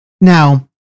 now